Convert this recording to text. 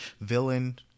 villain